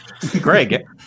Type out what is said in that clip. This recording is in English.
Greg